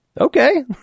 okay